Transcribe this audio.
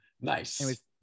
Nice